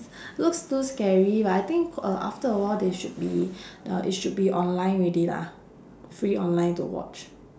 looks too scary but I think c~ uh after a while they should be uh it should online already lah free online to watch